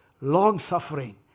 long-suffering